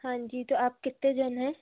हाँ जी तो आप कितने जन हैं